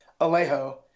Alejo